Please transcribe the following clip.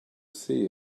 see